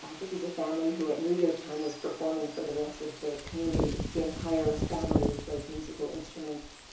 this is a family, who at new year time, was performing for the rest of the community. the entire family plays musical instruments,